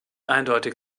eindeutig